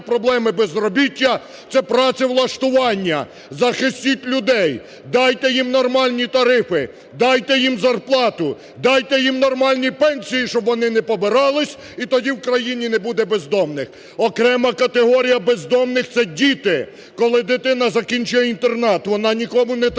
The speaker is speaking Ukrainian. проблеми безробіття – це працевлаштування, захистіть людей, дайте їм нормальні тарифи, дайте їм зарплату, дайте їм нормальні пенсії, щоб вони не побирались і тоді в країні не буде бездомних. Окрема категорія бездомних – це діти. Коли дитина закінчує інтернат, вона нікому не треба,